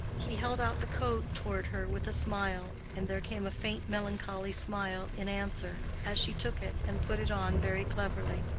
he held out the coat toward her with a smile, and there came a faint melancholy smile in answer, as she took it and put it on very cleverly.